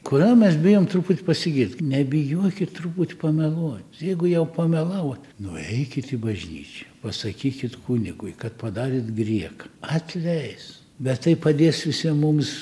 kodėl mes bijom truputį pasigirt nebijokit truputį pameluot jeigu jau pamelavuo nueikit į bažnyčią pasakykit kunigui kad padarėt grieką atleis bet tai padės visiem mums